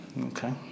Okay